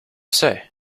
say